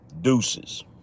Deuces